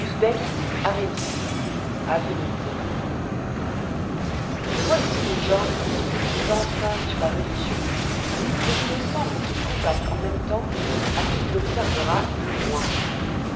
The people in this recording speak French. à rhédi à venise j e vois ici des gens qui disputent sans fin sur la religion mais il me semble qu'ils combattent en même temps à qui l'observera le moins